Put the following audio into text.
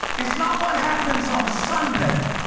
it's not what happens on sunday.